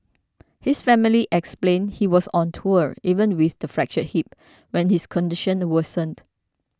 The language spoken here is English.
his family explained he was on tour even with the fractured hip when his condition worsened